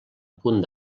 punt